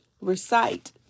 recite